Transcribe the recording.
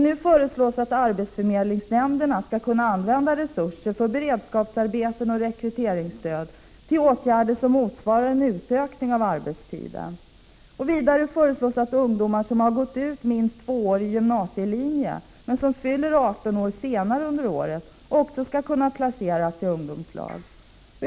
Nu föreslås att arbetsförmedlingsnämnderna skall kunna använda resurser för beredskapsarbeten och rekryteringsstöd till åtgärder som medverkar till en utökning av arbetstiden. Vidare föreslås att ungdomar som gått ut minst tvåårig gymnasielinje men som fyller 18 år senare under året också skall kunna placeras i ungdomslag.